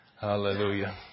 hallelujah